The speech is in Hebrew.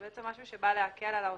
זה משהו שבא להקל על העוסק.